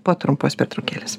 po trumpos pertraukėlės